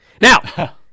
Now